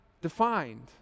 defined